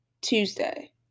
Tuesday